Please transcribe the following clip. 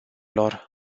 lor